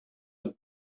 are